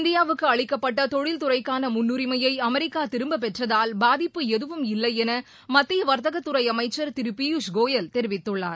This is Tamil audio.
இந்தியாவுக்கு அளிக்கப்பட்ட தொழில்துறைக்கான முன்னுரிளமயை அமெரிக்கா திரும்ப பெற்றதால் பாதிப்பு எதுவும் இல்லை என மத்திய வர்த்தகத்துறை அமைச்சர் திரு பியுஷ்கோயல் தெரிவித்துள்ளார்